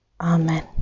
Amen